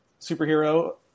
superhero